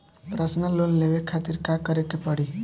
Personal loan लेवे खातिर का करे के पड़ी?